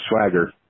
swagger